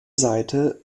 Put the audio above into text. seite